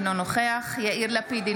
אינו נוכח יאיר לפיד,